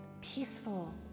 peaceful